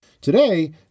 Today